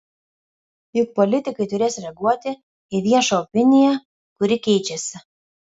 juk politikai turės reaguoti į viešą opiniją kuri keičiasi